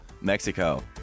Mexico